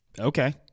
Okay